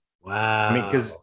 wow